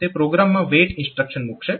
તે પ્રોગ્રામમાં WAIT instruction મૂકશે